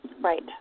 Right